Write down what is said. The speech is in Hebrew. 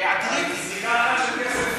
בשיחה אחת של כסף הוא